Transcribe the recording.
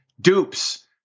dupes